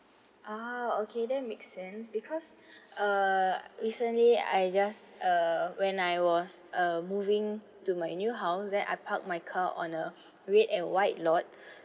ah okay that makes sense because uh recently I just uh when I was uh moving to my new house then I parked on a red and white lot